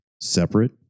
Separate